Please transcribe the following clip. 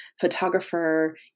photographer